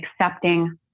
accepting